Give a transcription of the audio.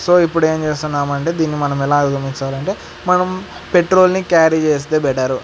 so ఇప్పుడు ఏమి చేస్తున్నామంటే దీన్ని మనం ఎలా అధిగమించాలంటే మనం పెట్రోల్ని క్యారీ చేస్తే బెటరు